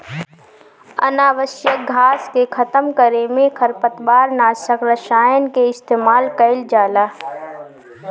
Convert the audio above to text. अनावश्यक घास के खतम करे में खरपतवार नाशक रसायन कअ इस्तेमाल कइल जाला